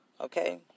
Okay